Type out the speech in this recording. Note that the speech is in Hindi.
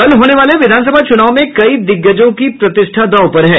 कल होने वाले विधानसभा चूनाव में कई दिग्गजों की प्रतिष्ठा दांव पर है